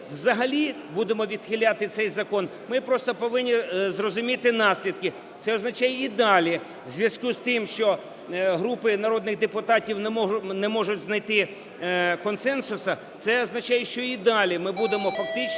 взагалі будемо відхиляти цей закон, ми просто повинні зрозуміти наслідки. Це означає і далі в зв'язку з тим, що групи народних депутатів не можуть знайти консенсусу, це означає, що і далі ми будемо фактично